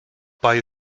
bei